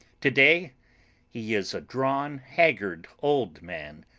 to-day he is a drawn, haggard old man,